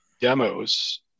demos